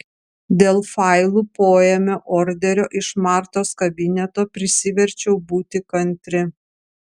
dėl failų poėmio orderio iš martos kabineto prisiverčiau būti kantri